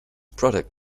product